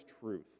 truth